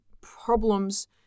problems